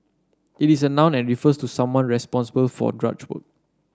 it is a noun and refers to someone responsible for drudge work